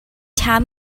tell